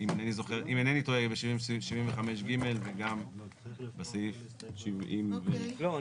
אם אינני טועה סעיף 75(ג) וגם בסעיף --- לא,